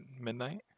midnight